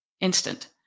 instant